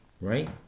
Right